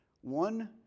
One